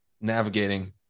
navigating